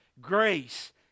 grace